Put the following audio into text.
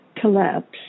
collapse